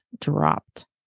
dropped